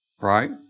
Right